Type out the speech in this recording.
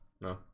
no